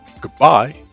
Goodbye